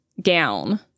gown